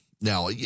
Now